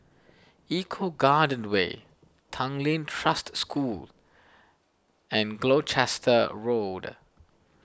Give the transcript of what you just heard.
Eco Garden Way Tanglin Trust School and Gloucester Road